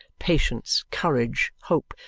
patience, courage, hope,